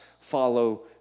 follow